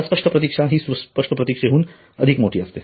अस्पष्ट प्रतीक्षा हि सुस्पष्ट प्रतीक्षे हुन अधिक मोठी असते